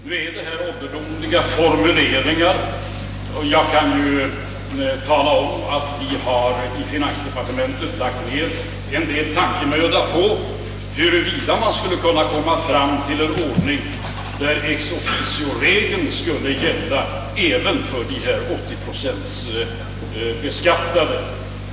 Herr talman! Jag kan hålla med frågeställaren om att även om frågan endast berör ett fåtal, så kan den sägas vara en rättsfråga, där bestämmelserna bör vara klarare och mera fixerade. Nu är detta ålderdomliga formuleringar. Jag kan tala om, att vi inom finansdepartementet lagt ned avsevärd tankemöda på frågan huruvida vi skulle kunna komma fram till en ordning, där ex officio-regeln skulle gälla även för dessa 80-procentbeskattade.